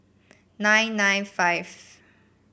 nine nine five